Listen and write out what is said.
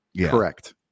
Correct